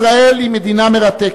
ישראל היא מדינה מרתקת,